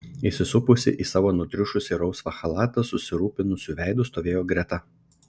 įsisupusi į savo nutriušusį rausvą chalatą susirūpinusiu veidu stovėjo greta